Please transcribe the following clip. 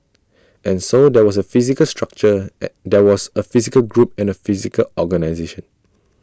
and so there was A physical structure at there was A physical group and A physical organisation